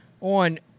on